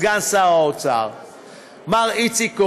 סגן שר האוצר מר איציק כהן,